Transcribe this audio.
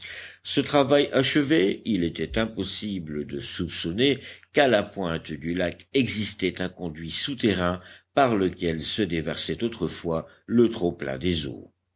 ce travail achevé il était impossible de soupçonner qu'à la pointe du lac existait un conduit souterrain par lequel se déversait autrefois le trop-plein des eaux